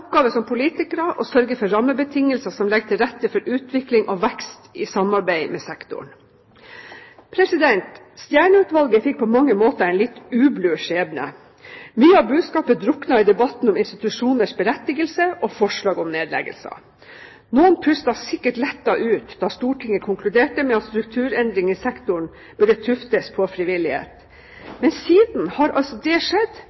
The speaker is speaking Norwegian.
oppgave som politikere å sørge for rammebetingelser som legger til rette for utvikling og vekst i samarbeid med sektoren. Stjernø-utvalget fikk på mange måter en litt ublu skjebne. Mye av budskapet druknet i debatten om institusjoners berettigelse og forslag om nedleggelser. Noen pustet sikkert lettet ut da Stortinget konkluderte med at strukturendringer i sektoren burde tuftes på frivillighet. Men siden har altså det skjedd